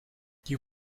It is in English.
you